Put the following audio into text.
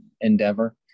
endeavor